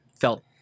felt